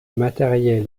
matériel